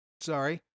sorry